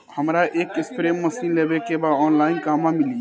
हमरा एक spray machine लेवे के बा ऑनलाइन कहवा मिली?